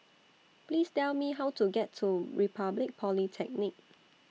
Please Tell Me How to get to Republic Polytechnic